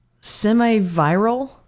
semi-viral